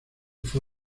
fue